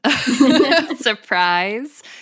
surprise